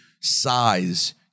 size